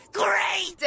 great